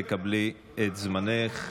את תקבלי את זמנך.